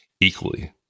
equally